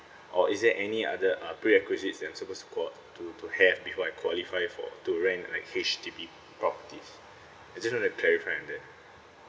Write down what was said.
or is there any other uh prerequisites that I'm supposed to qua~ to to have before I qualify for to rent like H_D_B properties I just want to clarify on that